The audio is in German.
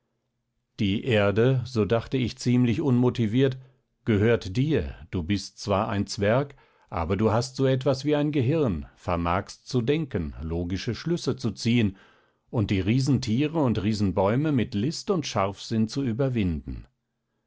die erde so dachte ich ziemlich unmotiviert gehört dir du bist zwar ein zwerg aber du hast so etwas wie ein gehirn vermagst zu denken logische schlüsse zu ziehen und die riesentiere und riesenbäume mit list und scharfsinn zu überwinden